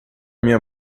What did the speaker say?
minha